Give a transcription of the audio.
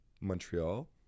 Montreal